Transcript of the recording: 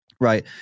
right